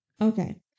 okay